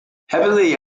heavily